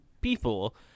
people